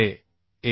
25 gamma m 1 असेल